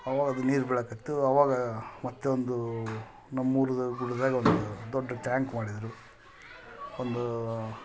ಆವಾಗ ಅದು ನೀರು ಬೀಳಕತ್ತು ಆವಾಗ ಮತ್ತೆ ಒಂದೂ ನಮ್ಮ ಊರ್ದ ಬುಡ್ದಾಗೆ ಒಂದು ದೊಡ್ಡ ಟ್ಯಾಂಕ್ ಮಾಡಿದರು ಒಂದು